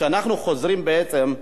כשאנחנו חוזרים בעצם,